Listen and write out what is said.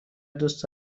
دوست